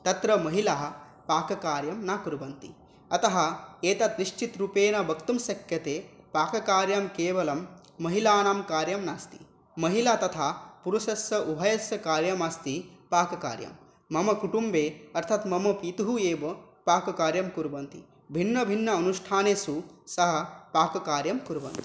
तत्र महिलाः पाककार्यं न कुर्वन्ति अतः एतत् निश्चितरूपेण वक्तुं शक्यते पाककार्यं केवलं महिलानां कार्यं नास्ति महिला तथा पुरुषस्य उभयस्य कार्यमस्ति पाककार्यं मम कुटुम्बे अर्थात् मम पितुः एव पाककार्यं कुर्वन्ति भिन्नभिन्न अनुष्ठानेषु सः पाककार्यं कुर्वन्ति